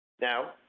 Now